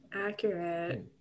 Accurate